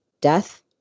death